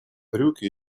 брюки